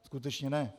Skutečně ne.